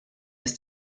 ist